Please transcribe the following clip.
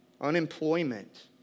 unemployment